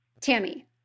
Tammy